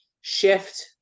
shift